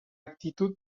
actitud